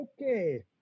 Okay